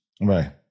Right